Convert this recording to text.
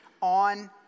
on